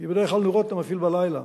כי בדרך כלל נורות אתה מפעיל בלילה.